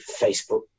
facebook